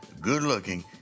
good-looking